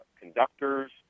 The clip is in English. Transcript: conductors